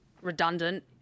redundant